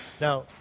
Now